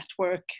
network